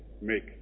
make